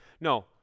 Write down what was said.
No